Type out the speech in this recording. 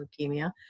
leukemia